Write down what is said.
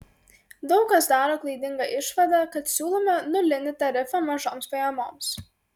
daug kas daro klaidingą išvadą kad siūlome nulinį tarifą mažoms pajamoms